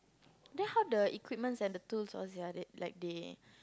then how the equipment and the tools all sia they like they